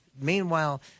Meanwhile